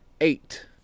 Eight